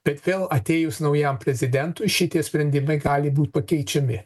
bet vėl atėjus naujam prezidentui šitie sprendimai gali būt pakeičiami